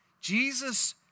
Jesus